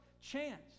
chance